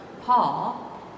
Paul